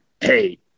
hey